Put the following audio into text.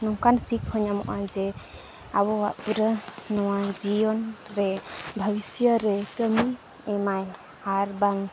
ᱱᱚᱝᱠᱟᱱ ᱥᱤᱠ ᱦᱚᱸ ᱧᱟᱢᱚᱜᱼᱟ ᱡᱮ ᱟᱵᱚᱣᱟᱜ ᱯᱩᱨᱟᱹ ᱱᱚᱣᱟ ᱡᱤᱭᱚᱱᱨᱮ ᱵᱷᱚᱵᱤᱥᱥᱚ ᱨᱮ ᱠᱟᱹᱢᱤ ᱮᱢᱟᱭ ᱟᱨ ᱵᱟᱝ